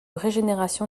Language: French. régénération